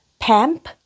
PAMP